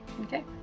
Okay